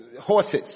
horses